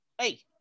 Hey